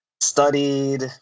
Studied